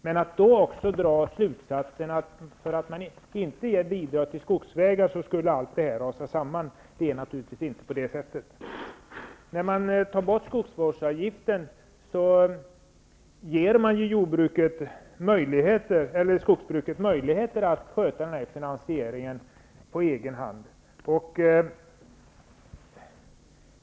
Men det är naturligtvis fel att dra slutsatsen att för att man inte ger bidrag till skogsvägar skulle allt det här rasa samman. När man tar bort skogsvårdsavgiften, ger man ju skogsbruket möjligheter att sköta finansieringen på egen hand.